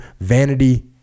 vanity